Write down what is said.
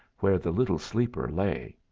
where the little sleeper lay.